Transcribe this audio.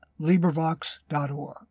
LibriVox.org